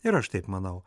ir aš taip manau